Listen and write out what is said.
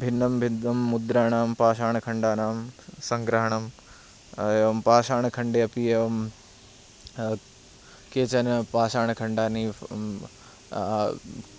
भिन्नं भिन्नं मुद्राणां पाषाणखण्डानां सङ्ग्रहणं एवं पाशाणखण्डे अपि एवं केचन पाषाणखण्डानि